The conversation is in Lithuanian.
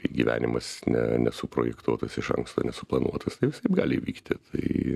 gyvenimas ne nesuprojektuotas iš anksto nesuplanuotas tai visaip gali įvykti tai